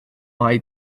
mai